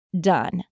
done